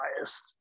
biased